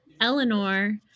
Eleanor